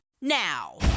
now